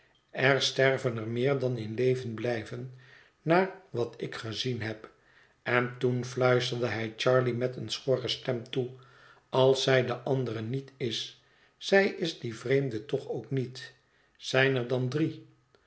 er sterven er meer dan er in leven blijven naar wat ik gezien heb en toen fluisterde hij charley met eene schorre stem toe als zij de andere niet is zij is die vreemde toch ook niet zijn er dan drie